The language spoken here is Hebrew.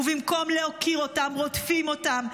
ובמקום להוקיר אותם, רודפים אותם.